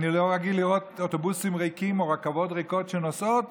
אני לא רגיל לראות אוטובוסים ריקים או רכבות ריקות שנוסעות